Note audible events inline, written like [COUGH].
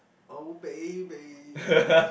oh baby [LAUGHS]